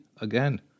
again